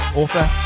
author